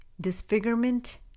disfigurement